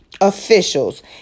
officials